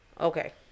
Okay